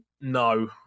no